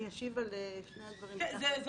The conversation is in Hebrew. אני